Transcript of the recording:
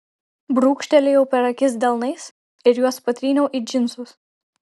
brūkštelėjau per akis delnais ir juos patryniau į džinsus